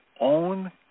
own